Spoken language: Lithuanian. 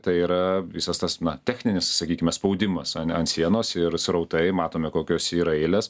tai yra visas tas na techninis sakykime spaudimas ane ant sienos ir srautai matome kokios yra eilės